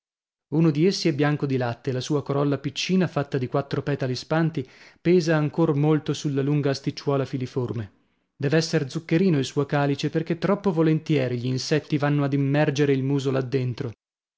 uno di essi è bianco di latte e la sua corolla piccina fatta di quattro petali spanti pesa ancor molto sulla lunga asticciuola filiforme dev'esser zuccherino il suo calice perchè troppo volentieri gl'insetti vanno ad immergere il muso là dentro